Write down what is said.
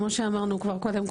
כמו שאמרנו כבר קודם,